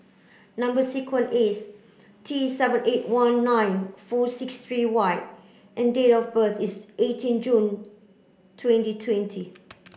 number sequence is T seven eight one nine four six three Y and date of birth is eighteen June twenty twenty